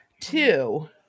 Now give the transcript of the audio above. two